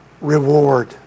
reward